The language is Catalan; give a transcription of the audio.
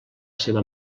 seva